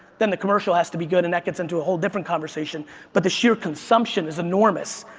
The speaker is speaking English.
then the commercial has to be good and that gets into a whole different conversation but the sheer consumption is enormous.